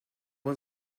one